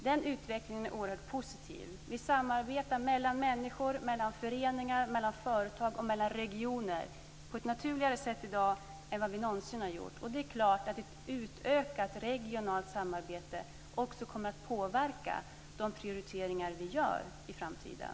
Den utvecklingen är oerhört positiv. Det är ett samarbete mellan människor, mellan föreningar, mellan företag och mellan regioner på ett mycket naturligare sätt i dag än någonsin tidigare. Och det är klart att ett utökat regionalt samarbete också kommer att påverka de prioriteringar vi gör i framtiden.